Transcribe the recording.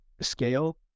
scale